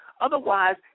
Otherwise